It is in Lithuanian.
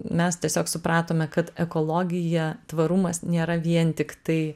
mes tiesiog supratome kad ekologija tvarumas nėra vien tiktai